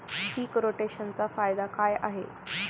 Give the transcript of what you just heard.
पीक रोटेशनचा फायदा काय आहे?